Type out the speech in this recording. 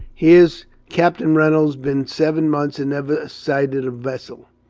here's capt'n reynolds bin seven months and never sighted a wessel,